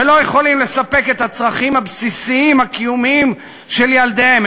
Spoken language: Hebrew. ולא יכולים לספק את הצרכים הבסיסיים הקיומיים של ילדיהם,